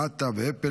מטא ואפל,